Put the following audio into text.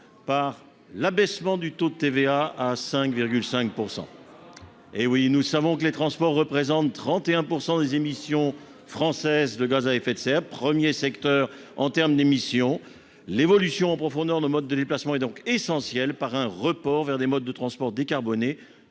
en abaissant le taux de TVA à 5,5 %. Nous savons que les transports représentent 31 % des émissions françaises de gaz à effet de serre, premier secteur en termes d'émissions. Une évolution en profondeur de nos modes de déplacements est donc essentielle un report vers des modes de transport décarbonés,